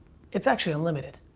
it's actually unlimited